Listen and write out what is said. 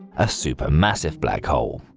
a supermassive black hole.